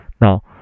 now